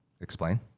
Explain